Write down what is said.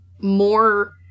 more